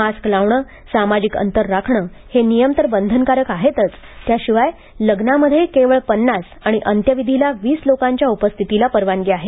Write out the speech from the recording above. mask लावणं सामाजिक अंतर राखणे हे नियम तर बंधनकारक आहेतच त्या शिवाय लग्नामध्ये केवळ पन्नास आणि अंत्यविधीला वीस लोकांच्या उपस्थितीला परवानगी आहे